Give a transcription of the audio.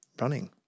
running